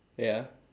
ya